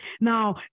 Now